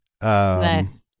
Nice